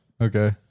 Okay